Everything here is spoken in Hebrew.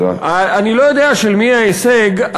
אני לא יודע של מי ההישג,